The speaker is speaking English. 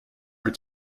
are